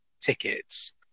tickets